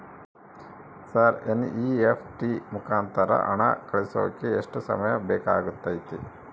Sir NEFT ಮುಖಾಂತರ ಹಣ ಕಳಿಸೋಕೆ ಎಷ್ಟು ಸಮಯ ಬೇಕಾಗುತೈತಿ?